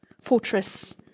fortress